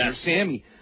Sammy